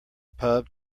pub